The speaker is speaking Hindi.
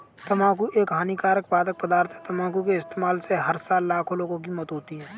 तंबाकू एक हानिकारक मादक पदार्थ है, तंबाकू के इस्तेमाल से हर साल लाखों लोगों की मौत होती है